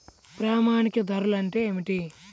ప్రామాణిక ధరలు అంటే ఏమిటీ?